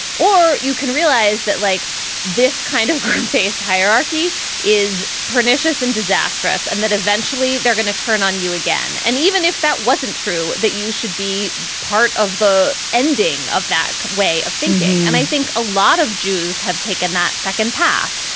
or you can realize that like this kind of group based hierarchy is pernicious and disastrous and that eventually they're going to turn on you again. and even if that wasn't true, that you should be part of the ending of that way of thinking. and i think a lot of jews have taken that second path.